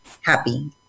happy